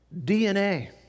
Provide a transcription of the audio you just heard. DNA